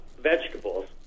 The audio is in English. vegetables